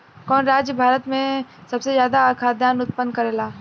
कवन राज्य भारत में सबसे ज्यादा खाद्यान उत्पन्न करेला?